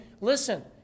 Listen